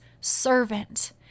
servant